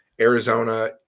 Arizona